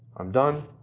i'm done.